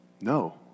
No